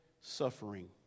suffering